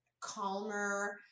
calmer